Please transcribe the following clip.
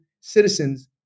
citizens